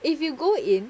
if you go in